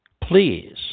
Please